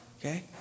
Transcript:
okay